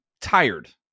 tired